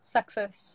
Success